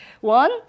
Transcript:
One